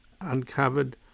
uncovered